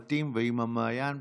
עם הבתים ועם המעיין.